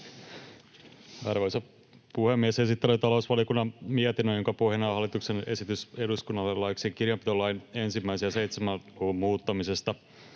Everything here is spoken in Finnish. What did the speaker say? Arvoisa puhemies! Esittelen talousvaliokunnan mietinnön, jonka pohjana on hallituksen esitys eduskunnalle laiksi kirjanpitolain 1 ja 7 luvun muuttamisesta.